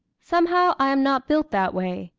somehow, i am not built that way.